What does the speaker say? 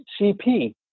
CP